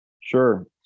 sure